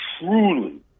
truly